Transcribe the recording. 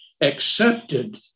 accepted